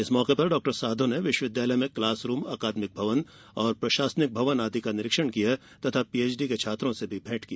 इस मौके पर डॉ साधौ ने विश्वविद्यालय में क्लास रूम अकादमिक भवन प्रशासनिक भवन आदि का निरीक्षण किया तथा पीएचडी के छात्रों से भेंट भी की